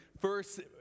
First